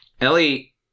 Ellie